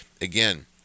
again